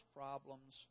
problems